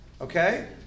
Okay